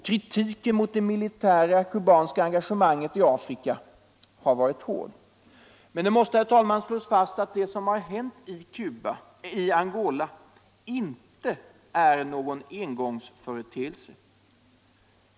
Kritiken mot det kubanska militära engagemanget i Afrika har varit hård. Det måste slås fast att det som hänt i Angola inte är någon engångsföreteelse.